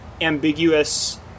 ambiguous